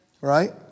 right